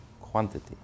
quantity